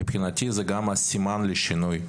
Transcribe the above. מבחינתי זה גם הסימן לשינוי.